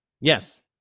Yes